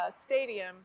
stadium